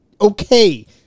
Okay